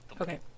Okay